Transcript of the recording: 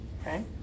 okay